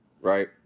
right